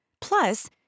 Plus